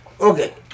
Okay